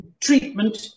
treatment